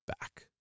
back